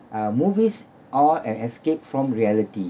uh movies are an escape from reality